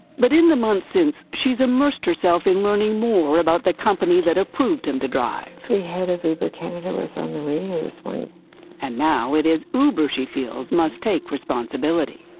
but in the months since, she's immersed herself in learning more about the company that approved him to drive. the head of uber canada was on the radio this morning. gillian and now it is uber she feels must take responsibility.